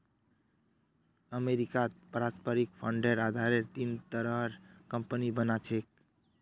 अमरीकात पारस्परिक फंडेर आधारत तीन तरहर कम्पनि बना छेक